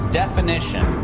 definition